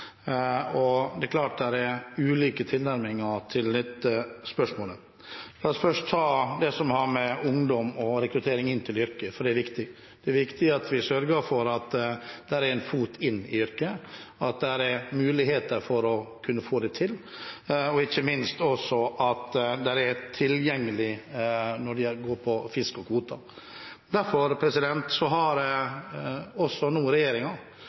Det er klart det er ulike tilnærminger til dette spørsmålet. La oss først ta det som har med ungdom og rekruttering til yrket å gjøre, for det er viktig. Det er viktig at vi sørger for at man kan få en fot innenfor yrket, at det er muligheter for å kunne få det til, og ikke minst at det også er tilgjengelighet på fisk og kvoter. Derfor har regjeringen nå sørget for at det har